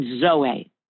zoe